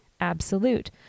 absolute